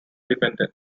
defendant